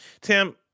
Tim